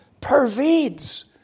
pervades